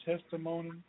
testimony